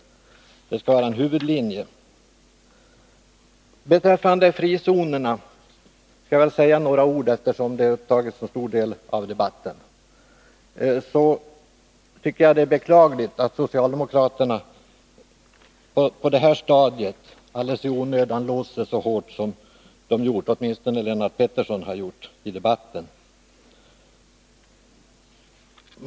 Detta skall vara en huvudlinje. Beträffande frihandelszonerna vill jag säga några ord, eftersom de har upptagit en stor del av debatten. Det är beklagligt att socialdemokraterna på det här stadiet och alldeles i onödan låst sig så hårt som åtminstone Lennart Pettersson har gjort i debatten.